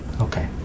Okay